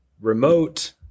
remote